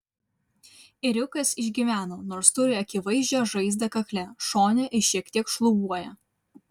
ėriukas išgyveno nors turi akivaizdžią žaizdą kakle šone ir šiek tiek šlubuoja